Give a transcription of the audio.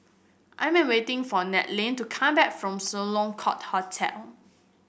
I'm waiting for Nannette to come back from Sloane Court Hotel